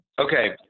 Okay